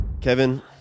Kevin